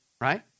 right